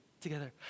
together